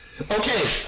Okay